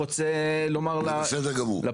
אני רק רוצה לומר לפרוטוקול,